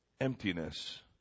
emptiness